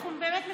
אנחנו באמת,